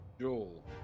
Joel